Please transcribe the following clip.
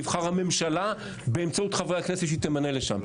תבחר הממשלה באמצעות חברי הכנסת שהיא תמנה לשם,